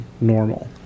normal